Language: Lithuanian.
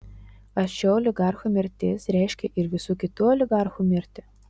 ar šio oligarcho mirtis reiškia ir visų kitų oligarchų mirtį